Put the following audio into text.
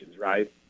right